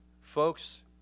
folks